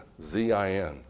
Z-I-N